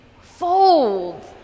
Fold